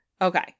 Okay